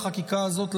החקיקה הזאת,